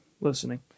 Listening